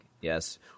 yes